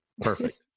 Perfect